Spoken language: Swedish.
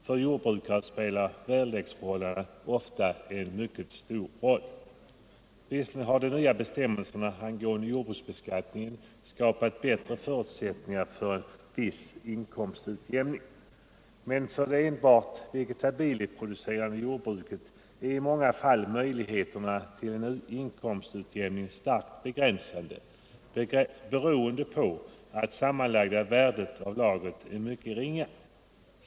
För jordbrukare spelar väderleksförhållandena ofta en mycket stor roll. Visserligen har de nya bestämmelserna angående jordbruksbeskattningen skapat bättre förutsättningar för en viss inkomstutjämning. Men för det enbart vegetabilieproducerande jordbruket är i många fall möjligheterna till en inkomstutjämning starkt begränsade beroende på att sammanlagda värdet av lagret är mycket ringa.